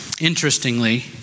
Interestingly